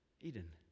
Eden